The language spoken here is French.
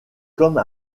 comme